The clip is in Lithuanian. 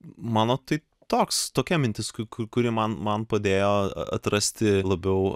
mano tai toks tokia mintis ku ku kuri man man padėjo atrasti labiau